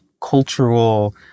cultural